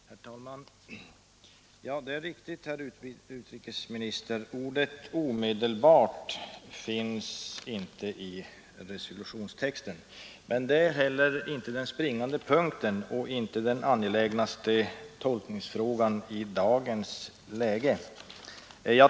Herr talman! Det är riktigt, herr utrikesminister, ordet ”omedelbart” finns inte i resolutionstexten, men det är heller inte den springande punkten och inte den mest angelägna tolkningsfrågan i dagens läge.